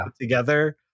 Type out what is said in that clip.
together